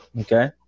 Okay